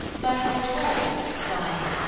had foretold, dying,